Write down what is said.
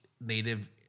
native